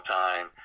time